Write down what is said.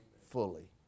fully